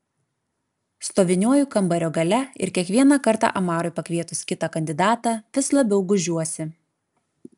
stoviniuoju kambario gale ir kiekvieną kartą amarui pakvietus kitą kandidatą vis labiau gūžiuosi